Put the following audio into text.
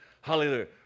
hallelujah